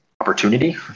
opportunity